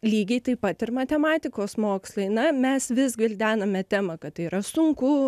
lygiai taip pat ir matematikos mokslai na mes vis gvildename temą kad tai yra sunku